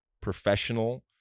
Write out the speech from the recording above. professional